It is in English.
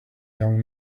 young